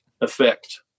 effect